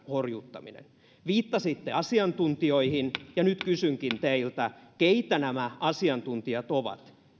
horjuttaminen viittasitte asiantuntijoihin ja nyt kysynkin teiltä keitä nämä asiantuntijat ovat